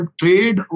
trade